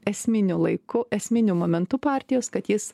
esminiu laikau esminiu momentu partijos kad jis